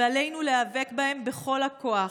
ועלינו להיאבק בהם בכל הכוח.